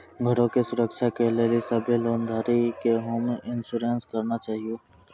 घरो के सुरक्षा के लेली सभ्भे लोन धारी के होम इंश्योरेंस कराना छाहियो